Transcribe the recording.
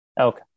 Okay